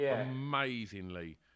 amazingly